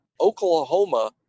Oklahoma